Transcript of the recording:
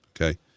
Okay